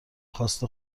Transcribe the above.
خواست